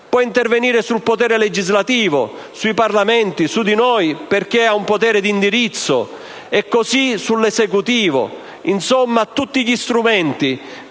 può intervenire sul potere legislativo, sui Parlamenti, su di noi, perché ha un potere di indirizzo, e sull'Esecutivo. Insomma, ha tutti gli strumenti